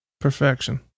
Perfection